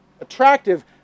Attractive